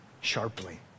sharply